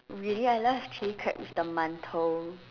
really I love Chili crab with the 馒头